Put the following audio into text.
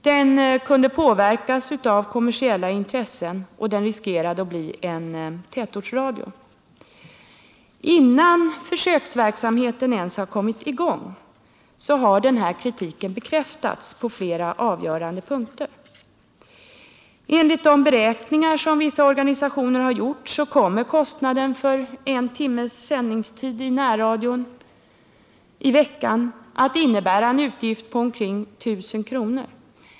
Den kan påverkas av kommersiella intressen. 4. Den riskerar att bli en tätortsradio. Innan försöksverksamheten ens har kommit i gång bekräftas vår kritik på avgörande punkter. Enligt de beräkningar vissa organisationer gjort kommer kostnaden för en timmes sändningstid i veckan i närradion att innebära en utgift på omkring 1 000 kr.